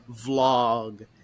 vlog